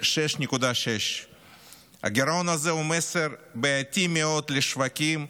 6.6%. הגירעון הזה הוא מסר בעייתי מאוד לשווקים,